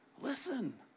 listen